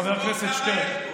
חבר הכנסת שטרן.